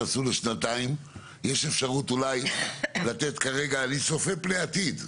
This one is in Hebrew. אני צופה פני עתיד.